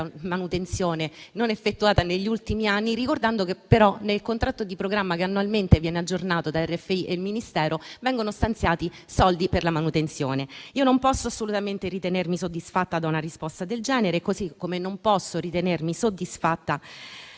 manutenzione non effettuata negli ultimi anni - ricordando però che nel contratto di programma che annualmente viene aggiornato da RFI e Ministero vengono stanziati soldi per la manutenzione. Io non posso assolutamente ritenermi soddisfatta da una risposta del genere, così come dal suo operato. Mi dispiace